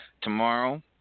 tomorrow